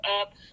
up